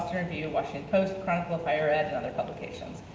review, washington post, chronicle of higher ed, and other publications.